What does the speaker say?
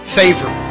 favor